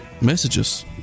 messages